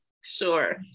sure